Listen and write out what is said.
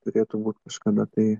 turėtų būt kažkada tai